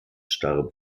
starb